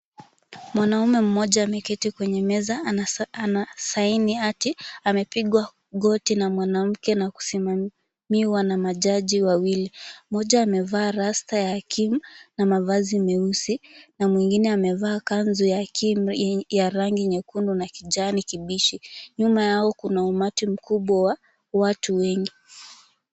Mwanaume mmoja ameketi kwenye meza anasaini hati. Amepigwa goti na mwanamke na kusimamiwa na majaji wawili. Mmoja amevaa rasta ya king na mavazi meusi na mwingine amevaa kanzu ya rangi nyekundu na kijani kibichi. Nyuma yao kuna umati mkubwa wa watu wengi.